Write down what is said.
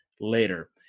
later